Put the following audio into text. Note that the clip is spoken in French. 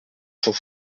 cent